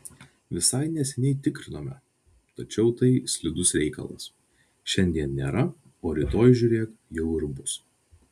visai neseniai tikrinome tačiau tai slidus reikalas šiandien nėra o rytoj žiūrėk jau ir bus